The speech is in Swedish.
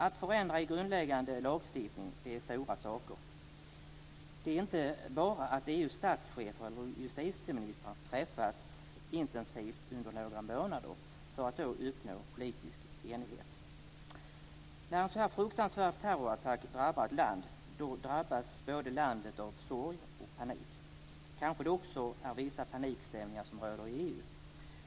Att förändra i grundläggande lagstiftning är stora saker. Det är inte bara att EU:s statschefer eller justitieministrar träffas intensivt under några månader för att uppnå politisk enighet. När en sådan fruktansvärd terrorattack drabbar ett land drabbas landet av både sorg och panik. Kanske det också råder vissa panikstämningar i EU.